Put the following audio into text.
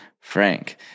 Frank